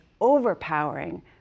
overpowering